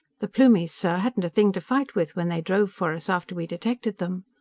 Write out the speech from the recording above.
the plumies, sir, hadn't a thing to fight with when they drove for us after we detected them.